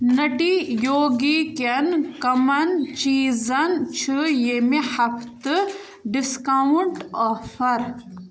نٹی یوگی کٮ۪ن کَمَن چیٖزن چھِ ییٚمہِ ہفتہٕ ڈِسکاونٛٹ آفر